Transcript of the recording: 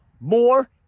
more